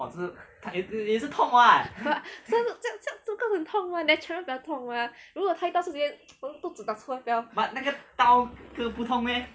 but 像这样这样很痛 mah natural 比较痛 mah 如果开刀是直接从我肚子拿出来